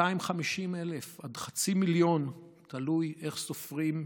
250,000 עד חצי מיליון, תלוי איך סופרים,